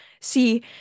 see